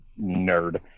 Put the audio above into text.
nerd